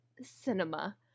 cinema